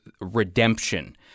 redemption